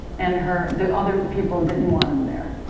and her, the other people didn't want him there.